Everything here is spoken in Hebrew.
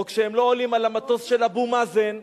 או כשהם לא עולים על המטוס של אבו מאזן,